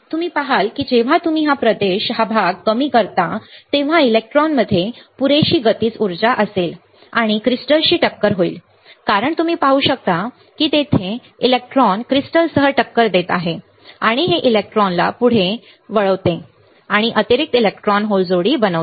तुम्ही पहाल की जेव्हा तुम्ही हा प्रदेश कमी करता तेव्हा इलेक्ट्रॉनमध्ये पुरेशी गतीज ऊर्जा असेल आणि क्रिस्टल्सशी टक्कर होईल कारण तुम्ही पाहू शकता की ते येथे इलेक्ट्रॉन क्रिस्टल्ससह टक्कर देत आहे आणि हे इलेक्ट्रॉनला पुढे उजवीकडे वळवते आणि अतिरिक्त इलेक्ट्रॉन होल जोडी बनवते